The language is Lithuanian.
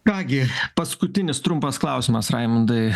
ką gi paskutinis trumpas klausimas raimundai